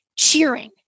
Cheering